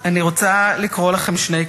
אני רוצה לקרוא לכם שני קטעים.